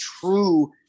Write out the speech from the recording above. true